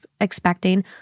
expecting